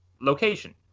location